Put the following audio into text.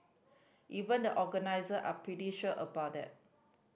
even the organiser are pretty sure about that